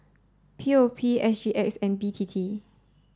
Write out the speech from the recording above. P O P S G X and B T T